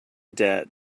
debt